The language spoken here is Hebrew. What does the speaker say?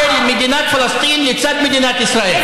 של מדינת פלסטין לצד מדינת ישראל.